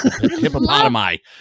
Hippopotami